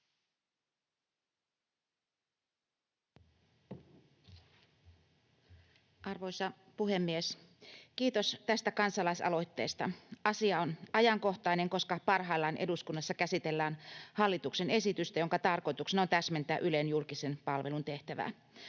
Arvoisa puhemies! Kiitos tästä kansalaisaloitteesta. Asia on ajankohtainen, koska parhaillaan eduskunnassa käsitellään hallituksen esitystä, jonka tarkoituksena on täsmentää Ylen julkisen palvelun tehtävää.